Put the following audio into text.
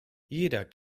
jeder